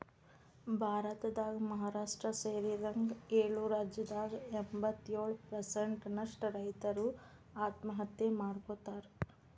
ಭಾರತದಾಗ ಮಹಾರಾಷ್ಟ್ರ ಸೇರಿದಂಗ ಏಳು ರಾಜ್ಯದಾಗ ಎಂಬತ್ತಯೊಳು ಪ್ರಸೆಂಟ್ ನಷ್ಟ ರೈತರು ಆತ್ಮಹತ್ಯೆ ಮಾಡ್ಕೋತಾರ